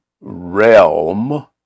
realm